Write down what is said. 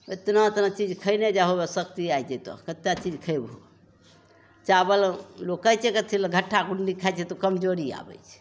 एतना एतना चीज खयने जाहो बस शक्ति आइ जयतौ कते चीज खैबहो चावल लोग कहय छै कथी लए घट्टा गुण्डी खाइ छै तऽ कमजोरी आबय छै